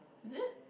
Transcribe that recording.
is it